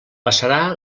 passarà